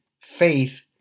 Faith